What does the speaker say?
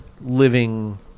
living